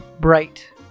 bright